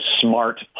smart